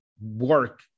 work